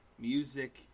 Music